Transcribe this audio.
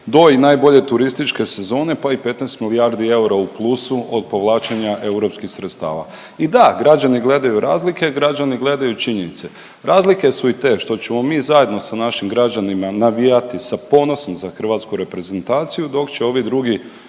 do i najbolje turističke sezone pa i 15 milijardi eura u plusu od povlačenja europskih sredstava. I da, građani gledaju razlike, građani gledaju činjenice. Razlike su i te što ćemo mi zajedno sa našim građanima navijati sa ponosom za hrvatsku reprezentaciju dok će ovi drugi